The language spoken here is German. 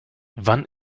wann